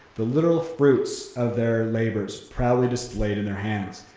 the literal fruits of their labors proudly displayed in their hands.